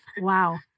Wow